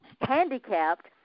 handicapped